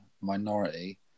minority